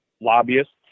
lobbyists